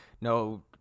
no